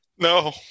no